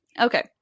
Okay